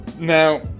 Now